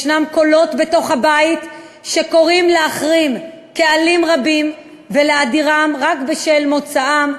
קולות בתוך הבית שקוראים להחרים קהלים רבים ולהדירם רק בשל מוצאם,